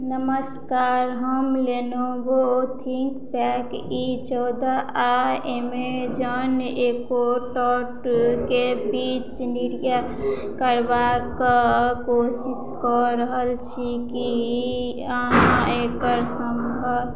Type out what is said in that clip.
नमस्कार हम रेणु जे ओ फ्लिपकाॅर्ट ई चौदह आइ एमेजाॅन एकोटाके बीच मिलकरबाकऽ कोशिश कऽ रहल छी की अहाँ एकर सम्भव